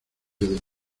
nieves